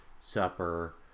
supper